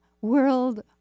world